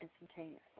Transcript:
instantaneously